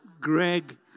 Greg